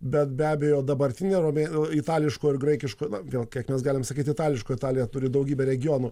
bet be abejo dabartinio romėnų itališko ir graikiško na vėl kiek mes galime sakyti itališko italija turi daugybę regionų